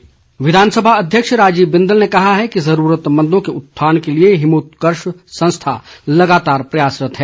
बिंदल विधानसभा अध्यक्ष राजीव बिंदल ने कहा है कि ज़रूरतमंदों के उत्थान के लिए हिमोत्कर्ष संस्था लगातार प्रयासरत है